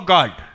God